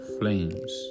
flames